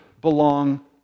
belong